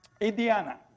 Indiana